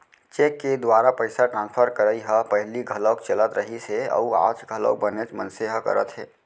cheque के दुवारा पइसा ट्रांसफर करई ह पहिली घलौक चलत रहिस हे अउ आज घलौ बनेच मनसे ह करत हें